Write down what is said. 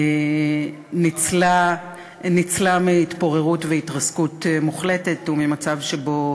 ניצלה מהתפוררות ומהתרסקות מוחלטת וממצב שבו